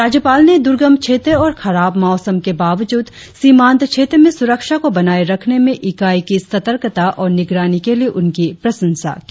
राज्यपाल ने दूर्गम क्षेत्र और खराब मौसम के बावजूद सीमांत क्षेत्र में सुरक्षा को बनाए रखने में इकाई की सर्तकता और निगरानी के लिए उनकी प्रशंसा की